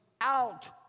out